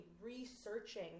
researching